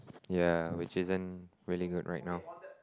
yeah which isn't really good right now